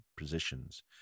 positions